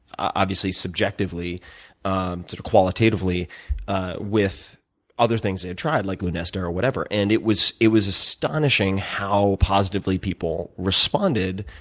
obviously, subjectively um to to qualitatively with other things they had tried, like lunesta or whatever. and it was it was astonishing how positively people responded,